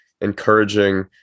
encouraging